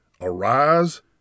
Arise